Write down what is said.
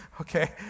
Okay